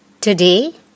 Today